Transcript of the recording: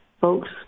folks